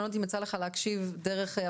אני לא יודעת אם יצא לך להקשיב או לא,